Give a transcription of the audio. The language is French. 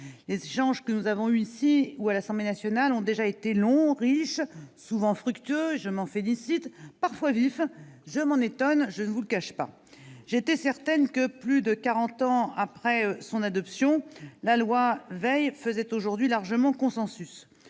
Les échanges que nous avons eus ici et à l'Assemblée nationale ont déjà été longs, riches, souvent fructueux- je m'en félicite -et parfois vifs- je m'en étonne, je ne vous le cache pas. J'étais certaine que, plus de quarante ans après son adoption, la loi Veil faisait aujourd'hui largement consensus.